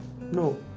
No